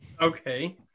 Okay